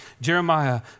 Jeremiah